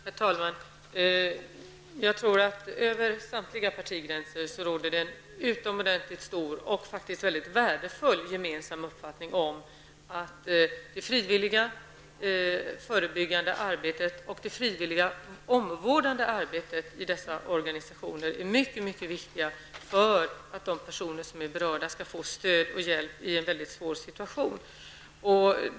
Herr talman! Jag tror att det över samtliga partigränser råder en utomordentligt stor och faktiskt mycket värdefull gemensam uppfattning om att det frivilliga förebyggande arbetet och det frivilliga omvårdande arbetet i dessa organisationer är mycket viktigt för att de personer som är berörda skall kunna få stöd och hjälp i en mycket svår situation.